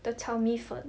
的炒米粉